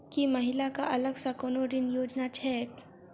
की महिला कऽ अलग सँ कोनो ऋण योजना छैक?